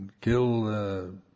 kill